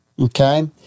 okay